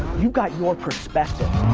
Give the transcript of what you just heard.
you've got your perspective.